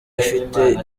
ifite